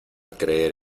creer